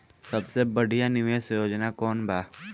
सबसे बढ़िया निवेश योजना कौन बा?